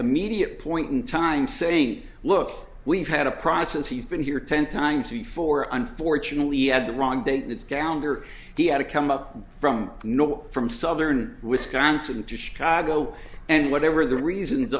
immediate point in time saying look we've had a process he's been here ten times before unfortunately he had the wrong date it's gallagher he had to come up from no from southern wisconsin to chicago and whatever the reasons